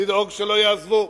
לדאוג שלא יעזבו.